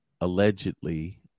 allegedly